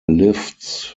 lifts